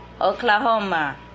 Oklahoma